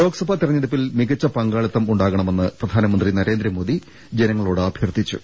ലോക്സഭാ തെരഞ്ഞെടുപ്പിൽ മികച്ച പങ്കാളിത്തം ഉണ്ടാകണമെന്ന് പ്രധാനമന്ത്രി നരേന്ദ്രമോദി ജനങ്ങളോട് അഭ്യർഥിച്ചു